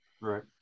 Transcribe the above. Right